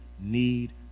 need